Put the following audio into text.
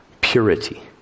purity